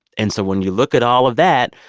and so when you look at all of that,